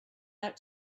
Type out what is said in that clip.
out